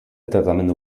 tratamendu